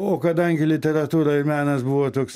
o kadangi literatūrai menas buvo toks